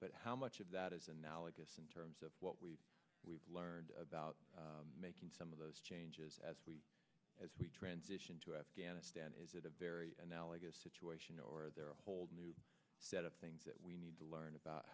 but how much of that is analogous in terms of what we we've learned about making some of those changes as we as we transition to afghanistan is it a very analogous situation or there are a whole new set of things that we need to learn about